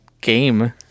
game